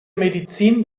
medizin